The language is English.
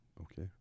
okay